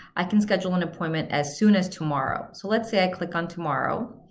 i can schedule an appointment as soon as tomorrow. so let's say i click on tomorrow,